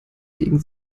gegen